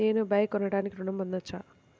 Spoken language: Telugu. నేను బైక్ కొనటానికి ఋణం పొందవచ్చా?